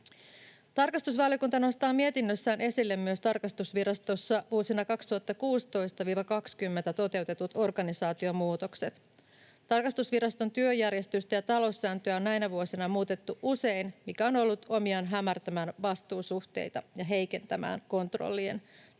Tarkastusvaliokunta nostaa mietinnössään esille myös tarkastusvirastossa vuosina 2016—20 toteutetut organisaatiomuutokset. Tarkastusviraston työjärjestystä ja taloussääntöjä on näinä vuosina muutettu usein, mikä on ollut omiaan hämärtämään vastuusuhteita ja heikentämään kontrollien